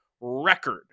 record